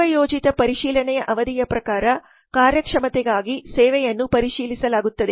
ಪೂರ್ವಯೋಜಿತ ಪರಿಶೀಲನೆಯ ಅವಧಿಯ ಪ್ರಕಾರ ಕಾರ್ಯಕ್ಷಮತೆಗಾಗಿ ಸೇವೆಯನ್ನು ಪರಿಶೀಲಿಸಲಾಗುತ್ತದೆ